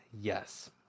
yes